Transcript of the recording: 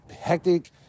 hectic